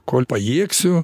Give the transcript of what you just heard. kol pajėgsiu